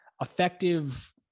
effective